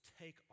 take